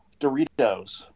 Doritos